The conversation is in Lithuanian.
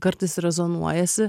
kartais rezonuojasi